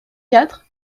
quatre